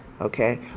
Okay